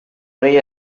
rei